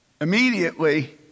immediately